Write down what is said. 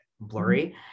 blurry